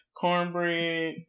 Cornbread